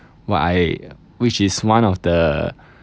what I which is one of the